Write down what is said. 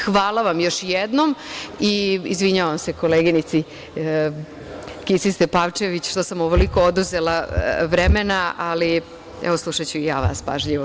Hvala vam još jednom i izvinjavam se koleginici Kisić Tepavčević što smo ovoliko oduzela vremena, ali evo slušaću i ja vas pažljivo.